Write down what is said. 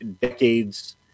decades